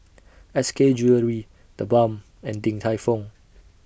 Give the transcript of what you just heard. S K Jewellery TheBalm and Din Tai Fung